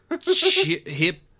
hip